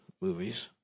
movies